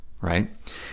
right